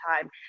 time